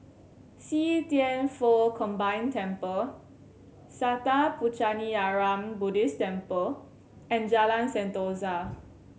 See Thian Foh Combined Temple Sattha Puchaniyaram Buddhist Temple and Jalan Sentosa